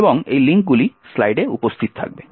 এবং এই লিঙ্কগুলি স্লাইডে উপস্থিত থাকবে